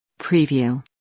preview